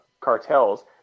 cartels